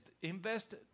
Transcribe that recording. invest